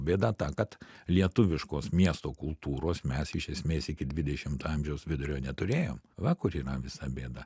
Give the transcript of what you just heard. bėda ta kad lietuviškos miesto kultūros mes iš esmės iki dvidešimto amžiaus vidurio neturėjo va kur yra visa bėda